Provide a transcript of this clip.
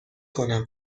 کنم